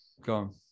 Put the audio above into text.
Go